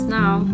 now